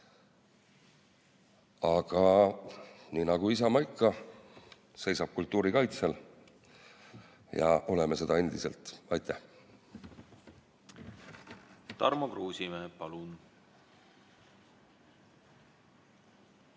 Aga nii nagu ikka Isamaa on seisnud kultuuri kaitsel, oleme seda endiselt. Aitäh!